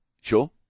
Sure